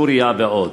בסוריה ועוד.